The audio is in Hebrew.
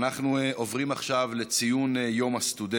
אנחנו עוברים עכשיו להצעה לסדר-היום מס' 10284,